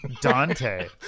Dante